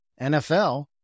NFL